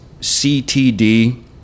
CTD